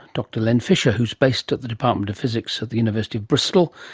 dr len fisher, who's based at the department of physics at the university of bristol,